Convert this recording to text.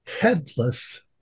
headless